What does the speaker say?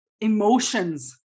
emotions